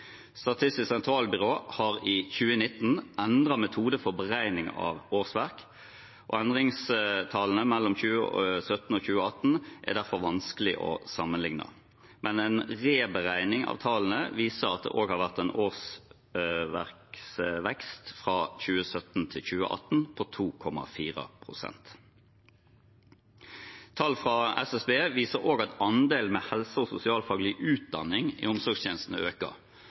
Statistisk sentralbyrå har i 2019 endret metode for beregning av årsverk. Endringstallene mellom 2017 og 2018 er derfor vanskelig å sammenlikne, men en reberegning av tallene viser at det har vært en årsverksvekst fra 2017 til 2018 på 2,4 pst. Tall fra SSB viser også at andelen med helse- og sosialfaglig utdanning i omsorgstjenesten øker.